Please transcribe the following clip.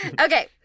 Okay